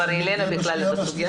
הבעיה שזה יבוא לפני השנייה והשלישית?